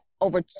over